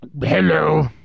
hello